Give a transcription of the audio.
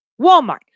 Walmart